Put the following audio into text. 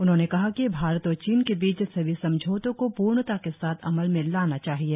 उन्होंने कहा कि भारत और चीन के बीच सभी समझौतों को पूर्णता के साथ अमल में लाना चाहिए